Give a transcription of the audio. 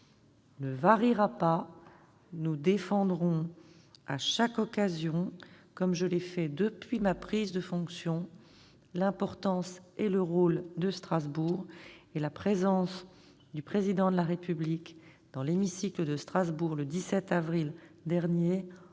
ne variera pas. Très bien ! Nous défendrons à chaque occasion, comme je l'ai fait depuis ma prise de fonctions, l'importance et le rôle de Strasbourg, et la présence du Président de la République dans l'hémicycle de Strasbourg le 17 avril dernier en